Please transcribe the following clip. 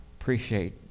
appreciate